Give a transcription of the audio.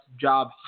job